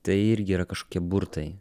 tai irgi yra kašokie burtai